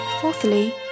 Fourthly